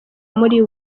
muri